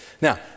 Now